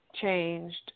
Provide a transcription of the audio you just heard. Changed